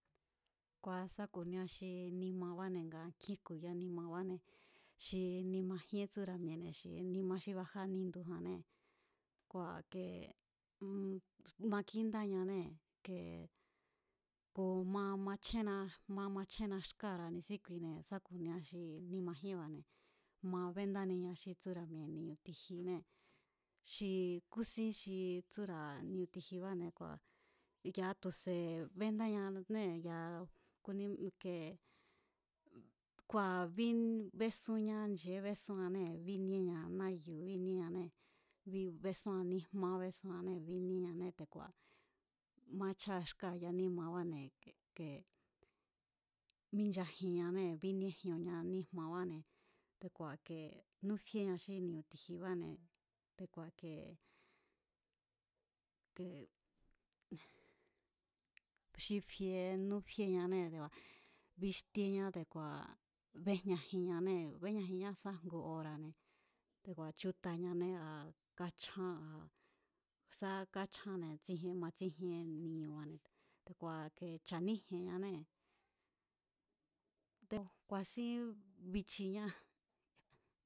Kua̱ sa ku̱nia xi nimabáne̱ nga nkjín jku̱ya nimabane̱ xi nima jíén tsúra̱ mi̱e̱ne̱, nima xí bajá nindujannée̱ kua̱ kee makíndáñanée̱ kee ku̱ ma machjénna ma machjénna xkáa̱ra̱ ni̱síkuine̱ sá ku̱nia xi nima jíénba̱ne̱ ma béndu̱ánia xí tsúra̱ mi̱e̱ ni̱ñu̱ ti̱jinée̱ xi kúsín xi tsúra̱ ni̱ñu̱ ti̱jibáne̱ kua̱ ya̱a tu̱se̱ béndáñanée̱ kúním ike kua̱ bín bésúnñá nche̱é bésúannée̱ bíníéa náyu̱ bíníéanée̱ bi bésúan níjmá bésúannée̱ bíníéñanée̱ te̱ku̱a̱ maáchjáa xkáa̱ yanímabáne̱ ke minchajinñanée̱ bíníéjionña níjmabáne̱ te̱ku̱a̱ i̱ke núfíéña xí ni̱ñu̱ tijiba̱ne̱ te̱ku̱a̱ kee kee enj. Xi fie núfieñanée̱ te̱ku̱a̱ bíxtíéña̱ te̱ku̱a̱ béjñajinñanée̱ béjñajinñá sa jngu ora̱ne̱ te̱ku̱a̱ chútañané a kachján a sá káchjánne̱ tsijien matsíjien ni̱ñu̱ba̱ne̱, te̱ku̱a̱ kee cha̱níji̱e̱ñanée̱ te̱ ku̱a̱sín bichiñá.